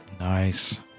Nice